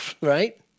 Right